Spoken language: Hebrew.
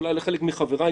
ואולי לחלק מחבריי,